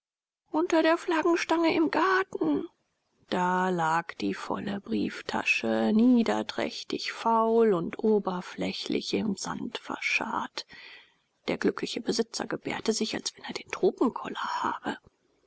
unter der flaggenstange im garten da lag die volle brieftasche niederträchtig faul und oberflächlich im sand verscharrt der glückliche besitzer gebärdete sich als wenn er den tropenkoller habe